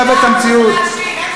ל-מ-ו-ח-ל-ש-י-ם.